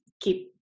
keep